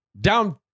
down